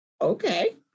okay